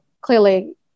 clearly